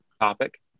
topic